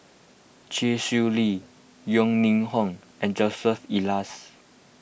Chee Swee Lee Yeo Ning Hong and Joseph Elias